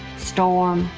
storm,